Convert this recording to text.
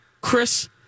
Chris